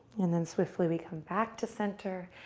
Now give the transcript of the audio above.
and then swiftly we come back to center.